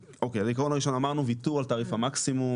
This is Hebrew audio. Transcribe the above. העיקרון הראשון אמרנו ויתור על תעריף המקסימום,